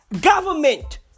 government